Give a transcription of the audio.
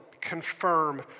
confirm